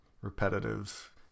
repetitive